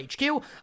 HQ